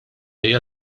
hija